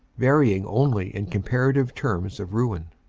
varying only in comparative terms of ruin.